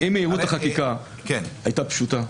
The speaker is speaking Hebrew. אם מהירות החקיקה הייתה פשוטה,